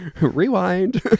Rewind